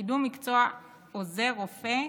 וקידום מקצוע עוזר רופא,